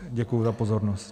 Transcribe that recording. Děkuji za pozornost.